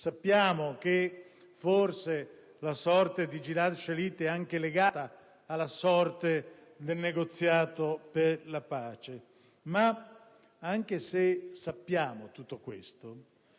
sappiamo che forse la sorte di Gilad Shalit è anche legata a quella del negoziato per la pace. Tuttavia, anche se sappiamo tutto questo